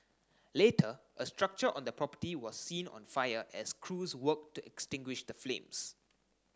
later a structure on the property was seen on fire as crews worked to extinguish the flames